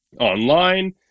online